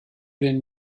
den